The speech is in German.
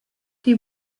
die